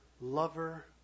lover